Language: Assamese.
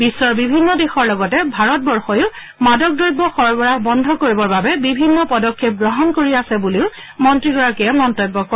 বিশ্বৰ বিভিন্ন দেশৰ লগতে ভাৰতবৰ্ষইও মাদক দ্ৰব্য সৰবৰাহ বন্ধ কৰিবৰ বাবে বিভিন্ন পদক্ষেপ গ্ৰহণ কৰি আছে বুলিও মন্ত্ৰীগৰাকীয়ে মন্তব্য কৰে